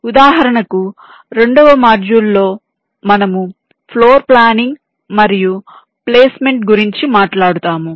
ఉదాహరణకు రెండవ మాడ్యూల్లో మనము ఫ్లోర్ ప్లానింగ్ మరియు ప్లేస్మెంట్ గురించి మాట్లాడుతాము